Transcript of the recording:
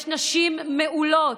יש נשים מעולות,